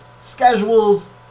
Schedules